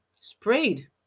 sprayed